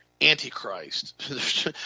antichrist